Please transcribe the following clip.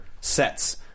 sets